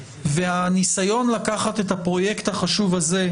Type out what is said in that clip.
הניסיון לקחת את הפרויקט החשוב הזה,